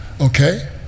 Okay